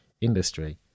industry